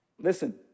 Listen